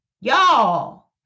y'all